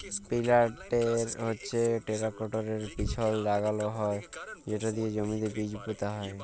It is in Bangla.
পিলান্টের হচ্যে টেরাকটরের পিছলে লাগাল হয় সেট দিয়ে জমিতে বীজ পুঁতা হয়